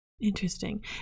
Interesting